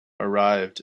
arrived